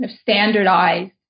standardized